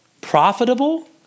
profitable